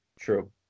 True